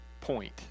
point